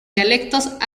dialectos